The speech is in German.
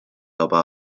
aber